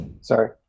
sorry